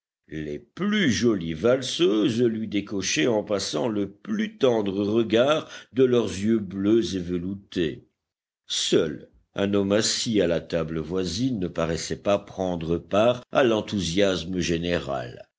les plus jolies valseuses lui décochaient en passant le plus tendre regard de leurs yeux bleus et veloutés seul un homme assis à la table voisine ne paraissait pas prendre part à l'enthousiasme général